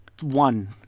one